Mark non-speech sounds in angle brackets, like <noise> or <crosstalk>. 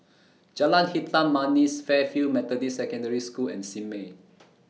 Jalan Hitam Manis Fairfield Methodist Secondary School and Simei <noise>